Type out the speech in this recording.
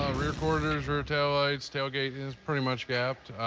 rear quarters, rear taillights, tailgate is pretty much gapped.